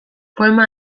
poema